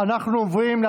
כולל בנושא הדלקנים.